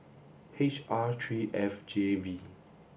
H R three F J V